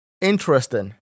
interesting